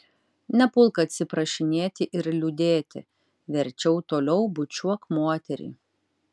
nepulk atsiprašinėti ir liūdėti verčiau toliau bučiuok moterį